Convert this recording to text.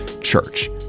church